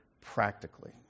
practically